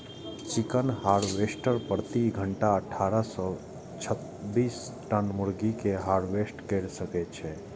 chicken harvester प्रति घंटा अट्ठारह सं छब्बीस टन मुर्गी कें हार्वेस्ट कैर सकै छै